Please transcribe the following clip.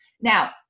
Now